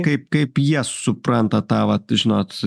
kaip kaip jie supranta tą vat žinot